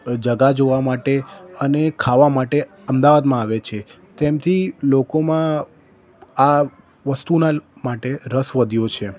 જગ્યા જોવા માટે અને ખાવા માટે અમદાવાદમાં આવે છે તેનાથી લોકોમાં આ વસ્તુના માટે રસ વધ્યો છે